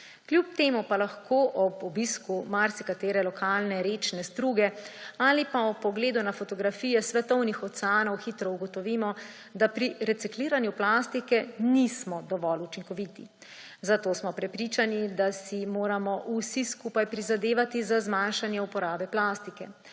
Kljub temu pa lahko ob obisku marsikatere lokalne rečne struge ali pa ob pogledu na fotografije svetovnih oceanov hitro ugotovimo, da pri recikliranju plastike nismo dovolj učinkoviti. Zato smo prepričani, da si moramo vsi skupaj prizadevati za zmanjšanje uporabe plastike.